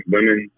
Women